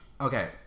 Okay